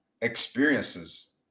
experiences